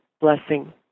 Blessing